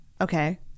Okay